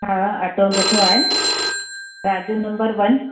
हा अटो सुठो आहे न राजू नंबर वन